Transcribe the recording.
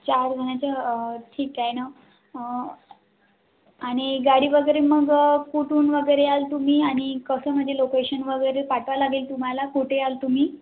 चार जणांच्या ठीक आहे ना आणि गाडी वगैरे मग कुठून वगैरे याल तुम्ही आणि कसं म्हणजे लोकेशन वगैरे पाठवावं लागेल तुम्हाला कुठे याल तुम्ही